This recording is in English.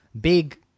big